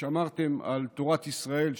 שמרתם על תורת ישראל,